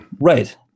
Right